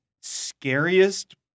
scariest